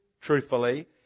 truthfully